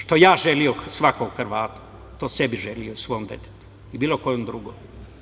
Što ja želim svakom Hrvatu, to sebi želim i svom detetu i bilo kom drugom.